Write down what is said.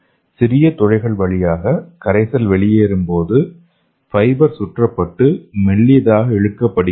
சிறிய துளைகள் வழியாக கரைசல் வெளியேறும்போது ஃபைபர் சுற்றப்பட்டு மெல்லியதாக இழுக்கப்படுகிறது